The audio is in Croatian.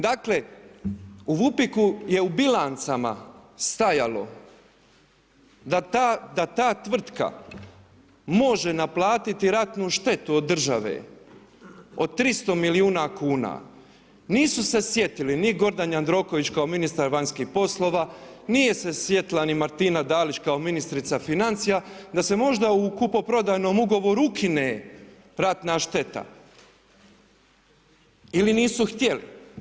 Dakle, u VUPIK-u je u bilancama stajalo da ta tvrtka može naplatiti ratnu štetu od države od 300 milijuna kuna, nisu se sjetili ni Gordan Jandroković kao ministar vanjskih poslova nije se sjetila ni Martina Dalić kao ministrica financija da se možda u kupoprodajnom ugovoru ukine ratna šteta ili nisu htjeli.